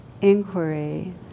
inquiry